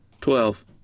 Twelve